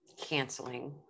Canceling